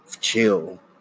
chill